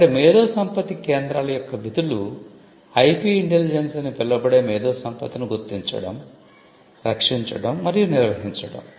కాబట్టి మేధోసంపత్తి కేంద్రాల యొక్క విధులు ఐపి ఇంటెలిజెన్స్ అని పిలవబడే మేధోసంపత్తిని గుర్తించడం రక్షించడం మరియు నిర్వహించడం